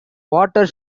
water